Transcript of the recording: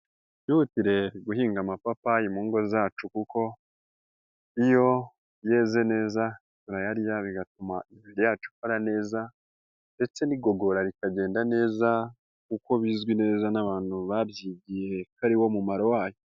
Twihutire guhinga amapapayi mu ngo zacu kuko iyo yeze neza, turayarya bigatuma imibiri yacu ikora neza ndetse n'igogora rikagenda neza kuko bizwi neza n'abantu babyigiye, ko ari wo mumaro wayo.